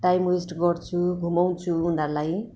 time waste गर्छु घुमाउँछु उनीहरूलाई